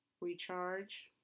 recharge